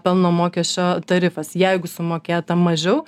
pelno mokesčio tarifas jeigu sumokėta mažiau